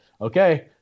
okay